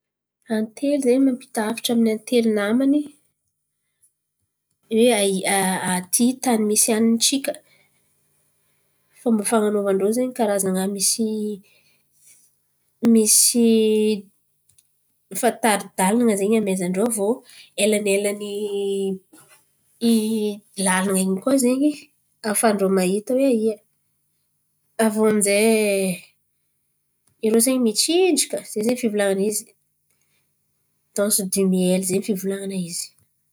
Antely zen̈y mampita hafatra amin’ny antely namany hoe aIa, aty tany misy hanintsika. Fomba fan̈anovan-drô kara zen̈y misy fa tari-dalana aviô ela- elanelan’ny lalana koa ze afahan-drô mahita hoe aia. Avo aminjay irô zen̈y mitsinjika zen̈y ze fivolan̈ana izy dansy dimiely ze fivolan̈ana izy.